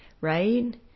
right